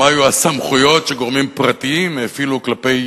מה היו הסמכויות שגורמים פרטיים הפעילו כלפי